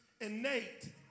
innate